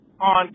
on